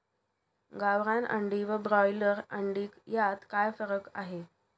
गावरान अंडी व ब्रॉयलर अंडी यात काय फरक आहे?